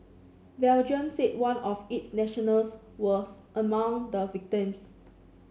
Belgium said one of its nationals was among the victims